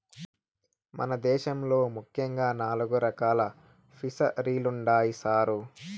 మన దేశంలో ముఖ్యంగా నాలుగు రకాలు ఫిసరీలుండాయి సారు